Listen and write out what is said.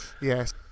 Yes